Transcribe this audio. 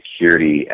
security